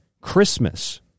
Christmas